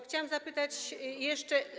Chciałam zapytać jeszcze.